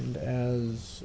and as